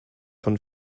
von